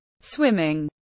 Swimming